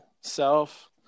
self